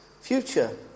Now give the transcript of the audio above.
future